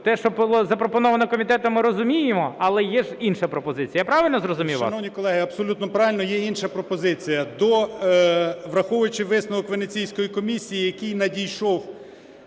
Те, що було запропоновано комітетом, ми розуміємо, але ж інша пропозиція. Я правильно зрозумів вас? БОЖИК В.І. Шановні колеги, абсолютно правильно, є інша пропозиція. Враховуючи висновок Венеційської комісії, який надійшов